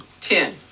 Ten